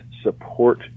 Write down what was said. support